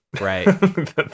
Right